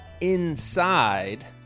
inside